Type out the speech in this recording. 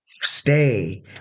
stay